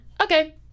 okay